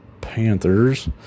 Panthers